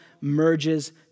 merges